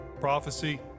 prophecy